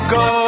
go